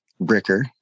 Bricker